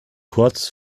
kurz